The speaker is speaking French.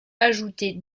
ajouter